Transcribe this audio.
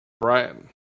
brian